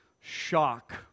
shock